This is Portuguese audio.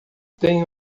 tenho